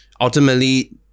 Ultimately